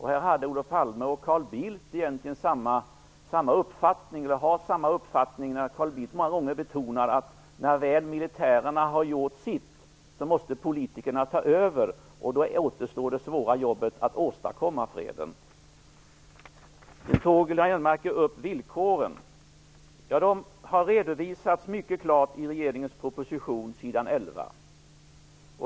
Här har Carl Bildt egentligen samma uppfattning som Olof Palme, när Carl Bildt många gånger betonar att när väl militärerna har gjort sitt måste politikerna ta över, och då återstår det svåra jobbet att åstadkomma freden. Göran Lennmarker tog också upp villkoren. De har redovisats mycket klart i regeringens proposition på s. 11.